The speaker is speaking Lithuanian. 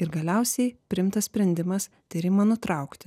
ir galiausiai priimtas sprendimas tyrimą nutraukti